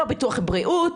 לא ביטוח בריאות.